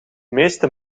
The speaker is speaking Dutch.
meeste